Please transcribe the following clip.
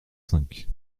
cinq